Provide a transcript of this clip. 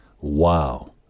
Wow